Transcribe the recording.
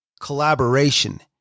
collaboration